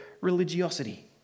religiosity